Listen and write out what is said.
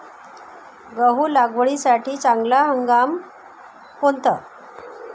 गहू लागवडीसाठी चांगला हंगाम कोणता?